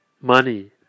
money